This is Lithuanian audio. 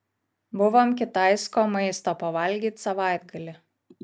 buvom kitaisko maisto pavalgyt savaitgalį